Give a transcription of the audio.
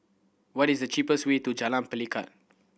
what is the cheapest way to Jalan Pelikat